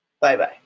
Bye-bye